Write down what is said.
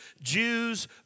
Jews